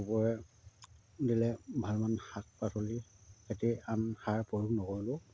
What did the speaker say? গোবৰে দিলে ভালমান শাক পাচলি খেতি আমি সাৰ প্ৰয়োগ নকৰিলেও